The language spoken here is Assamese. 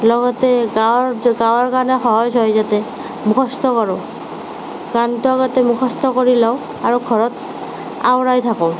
লগতে গোৱাৰ গোৱাৰ কাৰণে সহজ হয় যাতে মুখস্থ কৰোঁ গানটো আগতে মুখস্থ কৰি লওঁ আৰু ঘৰত আওৰাই থাকোঁ